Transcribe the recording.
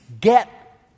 get